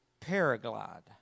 paraglide